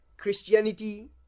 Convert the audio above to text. Christianity